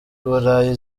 burayi